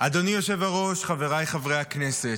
אדוני היושב-ראש, חבריי חברי הכנסת,